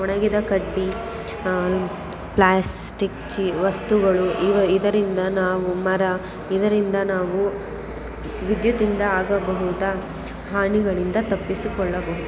ಒಣಗಿದ ಕಡ್ಡಿ ಪ್ಲಾಸ್ಟಿಕ್ ಚಿ ವಸ್ತುಗಳು ಇವು ಇದರಿಂದ ನಾವು ಮರ ಇದರಿಂದ ನಾವು ವಿದ್ಯುತ್ತಿಂದ ಆಗಬಹುದ ಹಾನಿಗಳಿಂದ ತಪ್ಪಿಸಿಕೊಳ್ಳಬಹುದು